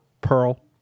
Pearl